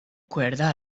cuerda